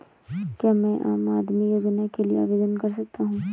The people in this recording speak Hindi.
क्या मैं आम आदमी योजना के लिए आवेदन कर सकता हूँ?